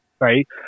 Right